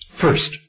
First